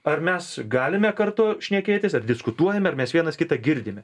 ar mes galime kartu šnekėtis ar diskutuojame ar mes vienas kitą girdime